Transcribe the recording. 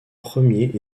premier